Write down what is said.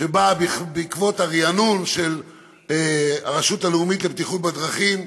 שבאה בעקבות הריענון של הרשות הלאומית לבטיחות בדרכים,